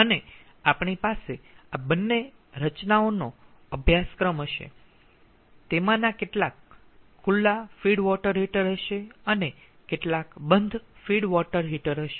અને આપણી પાસે આ બંને રચનાઓનો અભ્યાસક્રમ હશે તેમાંના કેટલા ખુલ્લા ફીડ વોટર હીટર હશે અને કેટલાક બંધ ફીડ વોટર હીટર હશે